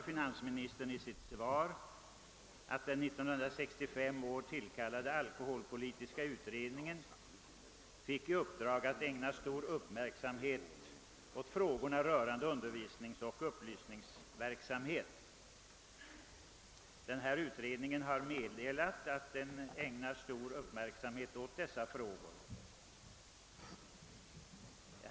Finansministern säger i svaret att den år 1965 tillkallade alkoholpolitiska utredningen fick i uppdrag att ägna stor uppmärksamhet åt frågor rörande undervisningsoch upplysningsverksamhet. Utredningen har meddelat att den också ägnar stor uppmärksamhet åt dessa frågor.